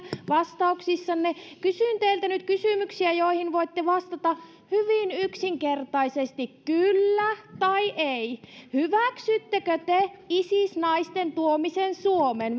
vastauksissanne kysyn teiltä nyt kysymyksiä joihin voitte vastata hyvin yksinkertaisesti kyllä tai ei hyväksyttekö te isis naisten tuomisen suomeen